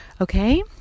Okay